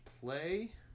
play